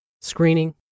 screening